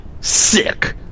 sick